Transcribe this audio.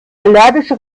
allergische